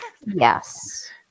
Yes